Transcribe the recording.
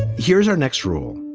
here's our next rule.